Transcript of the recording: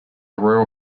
royal